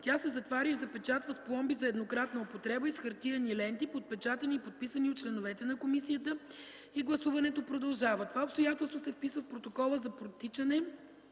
тя се затваря и запечатва с пломби за еднократна употреба и с хартиени ленти, подпечатани и подписани от членовете на комисията, и гласуването продължава. Това обстоятелство се вписва в протокола за протичане